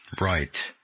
Right